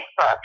facebook